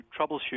troubleshoot